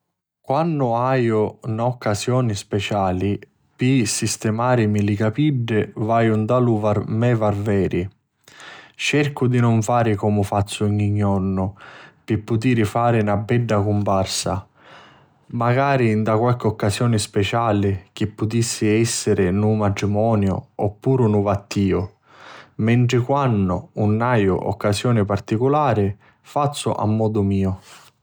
Quannu aiu na occasioni speciali pi sistimarimi li capiddi vaiu nta lu me varveri. Cercu di nun fari comu fazzu ogni jornu pi putiri fari na bedda cumparsa, macari nta qualchi occasioni speciali chi putissi essiri un matrimoniu, oppuru un vattiu. Mentri quannu nun aiu occasioni particulari fazzu a modu meu.